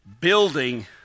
building